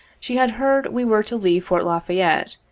she had heard we were to leave fort la fayette,